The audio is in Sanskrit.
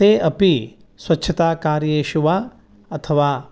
ते अपि स्वच्छताकार्येषु वा अथवा